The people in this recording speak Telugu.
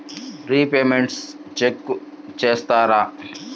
రిపేమెంట్స్ చెక్ చేస్తారా?